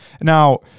Now